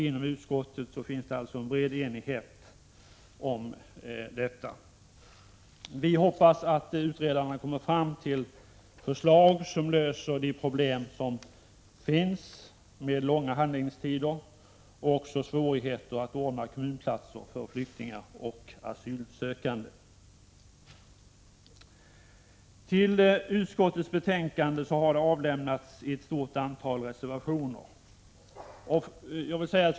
Inom utskottet finns en bred enighet härvidlag. Vi hoppas att utredarna kommer fram till förslag som löser problemen med de långa handläggningstiderna och svårigheterna med att ordna kommunplatser för flyktingar och asylsökande. Till utskottets betänkande har det fogats ett stort antal reservationer.